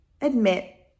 admit